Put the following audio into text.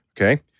Okay